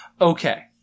Okay